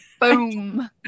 boom